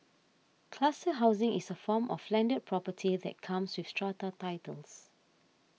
cluster housing is a form of landed property that comes with strata titles